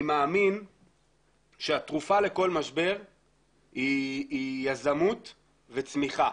אני מאמין שהתרופה לכל משבר היא יזמות וצמיחה.